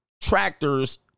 tractors